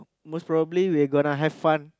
most probably we're gonna have fun